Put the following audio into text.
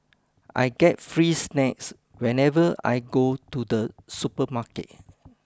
I get free snacks whenever I go to the supermarket